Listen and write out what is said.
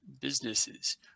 businesses